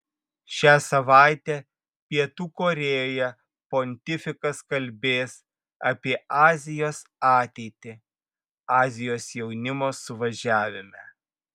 šią savaitę pietų korėjoje pontifikas kalbės apie azijos ateitį azijos jaunimo suvažiavime